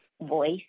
voice